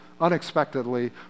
unexpectedly